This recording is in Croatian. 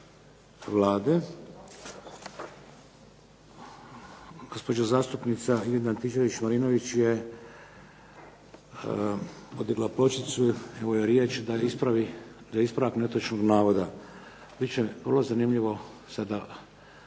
Vlade. Gospođa zastupnica Ingrid Antičević Marinović je podigla pločicu. Evo joj riječ da ispravi, da ispravak netočnog navoda. Bit će vrlo zanimljivo sada